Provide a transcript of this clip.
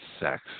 sex